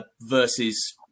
versus